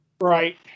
Right